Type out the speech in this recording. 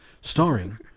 Starring